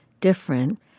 different